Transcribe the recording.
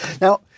Now